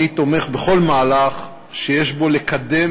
אני תומך בכל מהלך שיש בו כדי לקדם